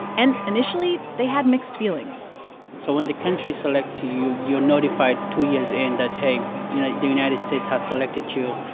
and initially, they had mixed feelings so when the country selects you, you're notified two years in that, hey you know the united states has selected you.